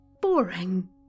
Boring